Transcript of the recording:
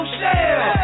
shell